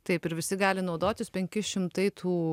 taip ir visi gali naudotis penki šimtai tų